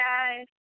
guys